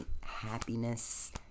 happiness